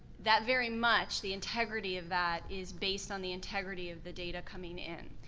that very much, the integrity of that, is based on the integrity of the data coming in.